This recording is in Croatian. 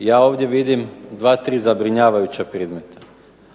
ja ovdje vidim dva tri zabrinjavajuća predmeta.